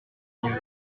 mieux